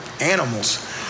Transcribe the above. animals